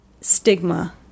stigma